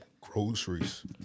Groceries